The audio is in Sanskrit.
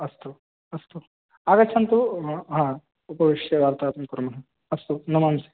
अस्तु अस्तु आगच्छन्तु ह उपविश्य वार्तालापं कुर्मः अस्तु नमांसि